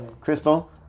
crystal